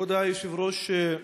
כבוד היושב-ראש,